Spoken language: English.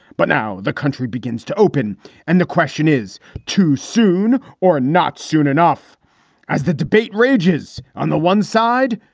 but now the country begins to open and the question is too soon or not soon enough as the debate rages on the one side,